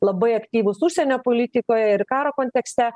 labai aktyvūs užsienio politikoje ir karo kontekste